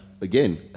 Again